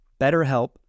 BetterHelp